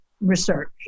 research